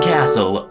Castle